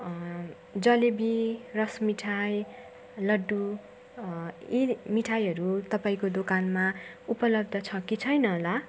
जलेबी रसमिठाई लड्डु यी मिठाईहरू तपाईँको दोकानमा उपलब्ध छ कि छैन होला